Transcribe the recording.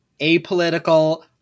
apolitical